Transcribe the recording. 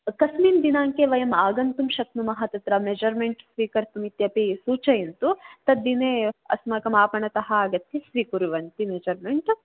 कस्मिन् दिनाङ्के वयमागन्तुं शक्नुमः तत्र मेषर्मेण्ट् स्वीकर्तुं इत्यपि सूचयन्तु तद्दिने अस्माकमापणतः आगत्य स्वीकुर्वन्ति मेज़र्मेण्ट्